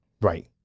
Right